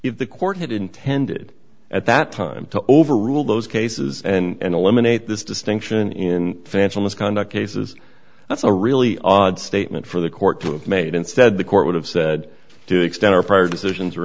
if the court had intended at that time to overrule those cases and eliminate this distinction in financial misconduct cases that's a really odd statement for the court to have made instead the court would have said to extend our prior decisions are